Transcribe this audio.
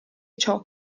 ciò